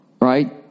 right